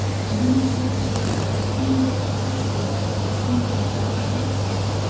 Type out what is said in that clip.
the wind blew as if it had a keen will to kill him it seemed to go all through his body.